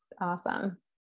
awesome